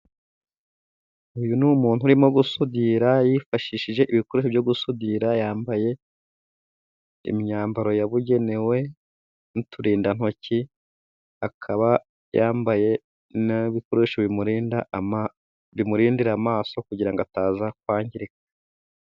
Uyu ni umuntu urimo gusudira, yifashishije ibikoresho byo gusudira, yambaye imyambaro yabugenewe n'uturinda ntoki, akaba yambaye ni ibikoresho bimurinda bimurindira amaso, kugira ngo ataza kwangirika.